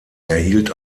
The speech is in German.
erhielt